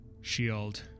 shield